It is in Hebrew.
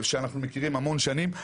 שאנחנו מכירים המון שנים,